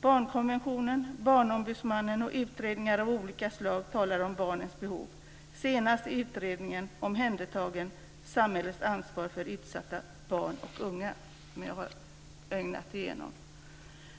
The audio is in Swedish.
Barnkonventionen, Barnombudsmannen och utredningar av olika slag talar om barnens behov, senast utredningen Omhändertagen: Samhällets ansvar för utsatta barn och unga, som jag har ögnat igenom.